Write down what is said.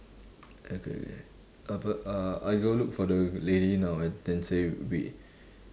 okay apa uh I go look for the lady now and then say we